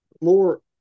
more